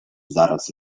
zaraz